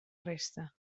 resta